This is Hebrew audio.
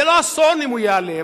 זה לא אסון אם הוא ייעלם,